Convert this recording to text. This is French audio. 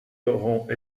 auront